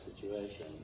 situation